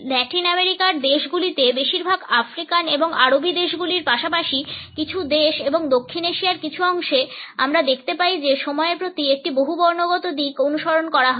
লাতিন আমেরিকার দেশগুলিতে বেশিরভাগ আফ্রিকান এবং আরবি দেশগুলির পাশাপাশি কিছু দেশ এবং দক্ষিণ এশিয়ার কিছু অংশে আমরা দেখতে পাই যে সময়ের প্রতি একটি বহুবর্ণগত দিক অনুসরণ করা হয়